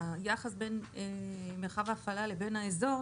היחס בין מרחב ההפעלה לבין האזור,